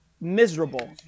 miserable